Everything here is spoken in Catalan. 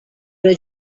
però